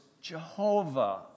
Jehovah